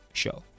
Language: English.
show